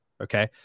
okay